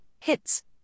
hits